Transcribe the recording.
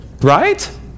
Right